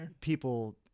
people